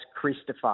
Christopher